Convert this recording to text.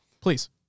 please